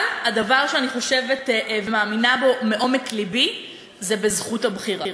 אבל הדבר שאני חושבת ומאמינה בו בעומק לבי זה זכות הבחירה.